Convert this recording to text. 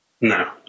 No